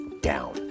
down